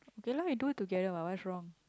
ya lah we do it together what what's wrong